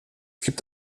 gibt